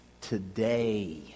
today